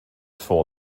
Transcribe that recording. for